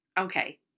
Okay